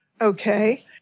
Okay